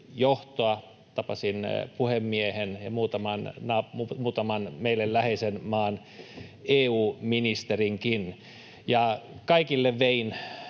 tapasin puhemiehen ja muutaman meille läheisen maan EU-ministerinkin. Kaikille vein